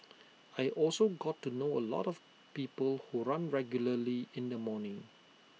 I also got to know A lot of people who run regularly in the morning